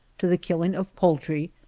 to the killing of poultry,